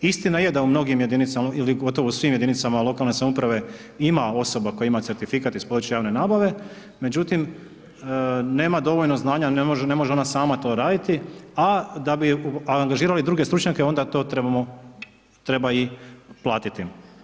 Istina je da u mnogim jedinicama ili gotovo u svim jedinicama lokalne samouprave ima osoba koja ima certifikat iz područja javne nabave, međutim nema dovoljno znanja, ne može ona sama to raditi, a da bi angažirali druge stručnjake onda to trebamo, treba i platiti.